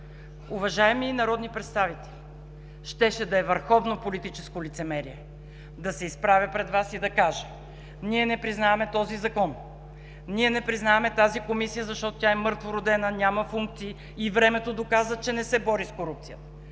Уважаеми народни представители, щеше да е върховно политическо лицемерие да се изправя пред Вас и да кажа: „Ние не признаваме този закон, ние не признаваме тази комисия, защото тя е мъртвородена, няма функции и времето доказа, че не се бори с корупцията,